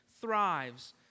thrives